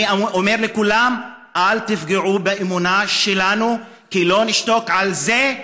אני אומר לכולם: אל תפגעו באמונה שלנו כי לא נשתוק על זה,